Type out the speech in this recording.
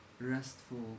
restful